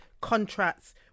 contracts